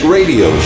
Radio